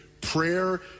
Prayer